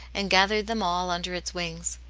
and gathered them all under its wings.